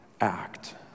act